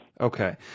Okay